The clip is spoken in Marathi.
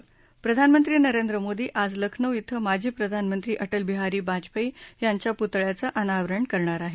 ढझढझढझ प्रधानमंत्री नरेंद्र मोदी आज लखनौ क्रें माजी प्रधानमंत्री अ ऊ बिहारी वाजपेयी यांच्या पुतळ्याचं अनावरण करणार आहेत